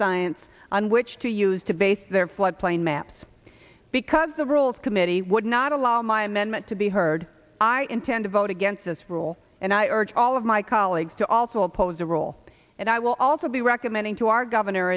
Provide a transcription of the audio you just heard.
science on which to use to base their floodplain maps because the rules committee would not allow my amendment to be heard i intend to vote against this rule and i urge all of my colleagues to also oppose a rule and i will also be recommending to our governor